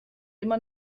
immer